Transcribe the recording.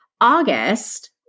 August